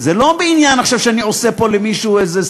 זה לא בעניין שאני עושה פה למישהו איזה סיפור.